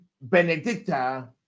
Benedicta